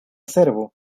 servo